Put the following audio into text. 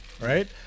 Right